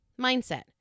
Mindset